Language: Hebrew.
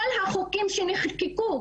כל החוקים שנחקקו,